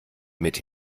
mit